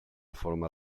forma